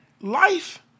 life